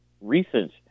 recent